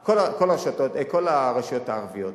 כל הרשויות הערביות.